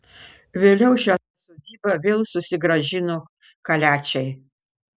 vėliau šią sodybą vėl susigrąžino kaliačiai